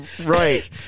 Right